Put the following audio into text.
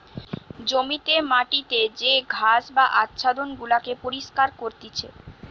জমিতে মাটিতে যে ঘাস বা আচ্ছাদন গুলাকে পরিষ্কার করতিছে